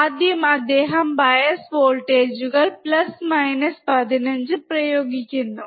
ആദ്യം അദ്ദേഹം ബയസ് വോൾട്ടേജുകൾ 15 പ്രയോഗിക്കുന്നു